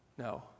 No